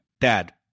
Dad